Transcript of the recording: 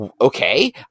okay